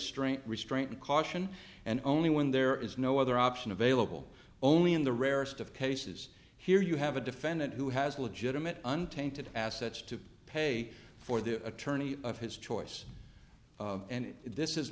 strength restraint caution and only when there is no other option available only in the rarest of cases here you have a defendant who has a legitimate untainted assets to pay for the attorney of his choice and this is